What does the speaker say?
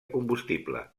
combustible